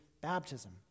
baptism